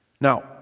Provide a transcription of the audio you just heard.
Now